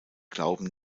glauben